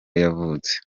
yavutse